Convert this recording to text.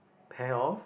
pair of